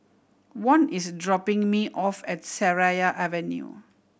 Von is dropping me off at Seraya Avenue